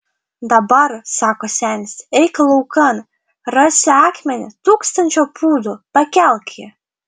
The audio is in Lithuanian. dabar sako senis eik laukan rasi akmenį tūkstančio pūdų pakelk jį